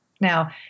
Now